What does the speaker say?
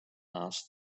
asked